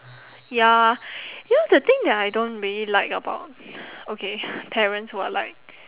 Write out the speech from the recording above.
ya you know the thing that I don't really like about okay parents who are like